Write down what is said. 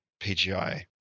PGI